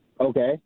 Okay